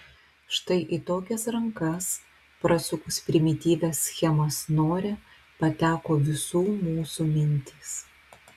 štai į tokias rankas prasukus primityvią schemą snore pateko visų mūsų mintys